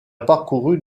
parcourut